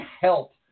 help